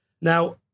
Now